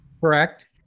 Correct